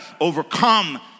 overcome